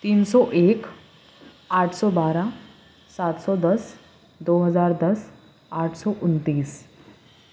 تین سو ایک آٹھ سو بارہ سات سو دس دو ہزار دس آٹھ سو انتیس